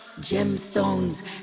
gemstones